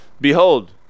Behold